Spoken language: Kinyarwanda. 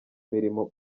mirimo